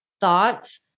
thoughts